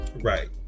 right